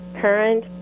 Current